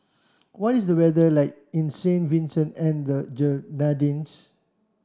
what is the weather like in Saint Vincent and the